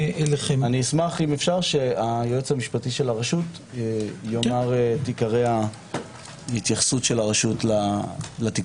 אשמח שהיועץ המשפטי של הרשות יאמר את עיקרי ההתייחסות של הרשות לתיקון.